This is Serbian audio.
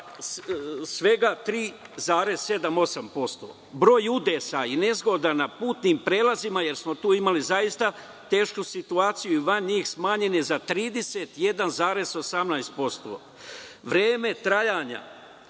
- 3,8%. Broj udesa i nezgoda na putnim prelazima, jer smo tu imali zaista tešku situaciju i van njih, smanjen je za 31,18%. Vreme trajanja